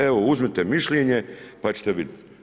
Evo, uzmite mišljenje, pa ćete vidjeti.